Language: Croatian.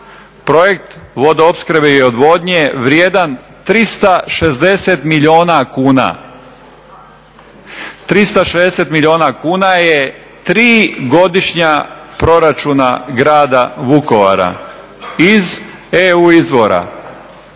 projekt vodoopskrbe i odvodnje vrijedan 360 milijuna kuna, 360 milijuna kuna je 3 godišnja proračuna Grada Vukovara iz EU izvora.